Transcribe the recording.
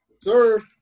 Sir